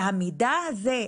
המידע הזה,